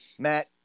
Matt